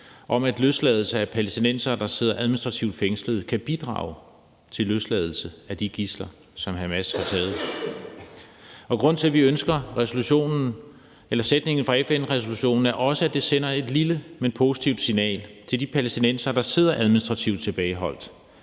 om, at løsladelse af palæstinensere, der sidder administrativt fængslede, kan bidrage til løsladelse af de gidsler, som Hamas har taget. Grunden til, at vi ønsker sætningen fra FN-resolutionen, er også at sende et lille, men positivt signal til de palæstinensere, der sidder administrativt tilbageholdt,